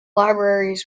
libraries